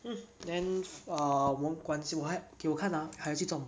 then err 没关系我还给我看哪还有这种